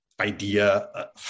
idea